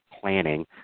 planning